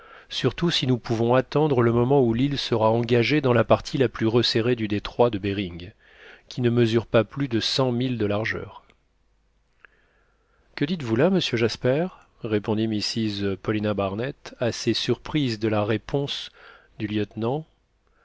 surtout si nous pouvons attendre le moment où l'île sera engagée dans la partie la plus resserrée du détroit de behring qui ne mesure pas plus de cent milles de largeur que dites-vous là monsieur jasper répondit mrs paulina barnett assez surprise de la réponse du lieutenant